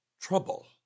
trouble